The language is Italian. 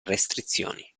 restrizioni